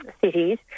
cities